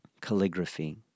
calligraphy